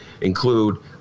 include